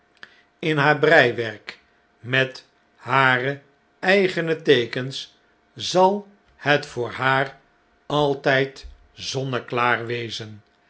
in haar breiwerk met hare eigene teekens zal het voor haar altjjd zonneklaar wezen